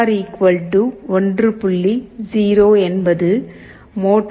0 என்பது மோட்டார்